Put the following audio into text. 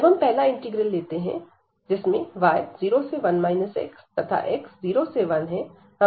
अब हम पहला इंटीग्रल लेते हैं जिसमें y 0 से 1 x तथा x 0 से 1 है